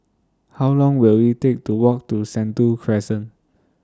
How Long Will IT Take to Walk to Sentul Crescent